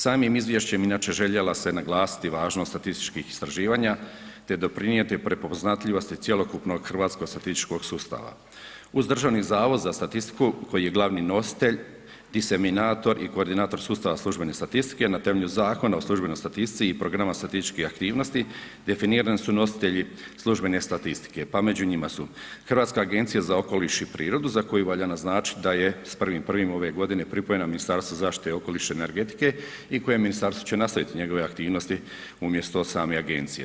Samim izvješćem inače željela se naglasiti važnost statističkih istraživanja te doprinijeti te doprinijeti prepoznatljivosti cjelokupnog hrvatskog statističkog sustava. uz Državni zavod za statistiku koji je glavno nositelj, diseminator i koordinator službene statistike, na temelju Zakona o službenoj statistici i programa statističkih aktivnosti, definirani su nositelji službene statistike pa među njima su Hrvatska agencija za okoliš i prirodu za koju valja naznačiti da je s 1.1. ove godine pripijena Ministarstvu zaštite okoliša i energetike i koje ministarstvo će nastaviti njegove aktivnosti umjesto same agencije.